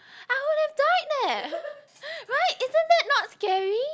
I would have died leh right isn't that not scary